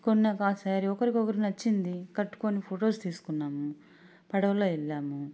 కొన్నాక శ్యారీ ఒకరికొకరు నచ్చింది కట్టుకొని ఫొటోస్ తీసుకున్నాము పడవలో వెళ్ళాము